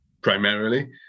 primarily